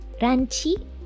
Ranchi